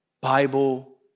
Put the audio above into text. Bible